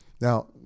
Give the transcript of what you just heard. Now